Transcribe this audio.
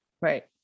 Right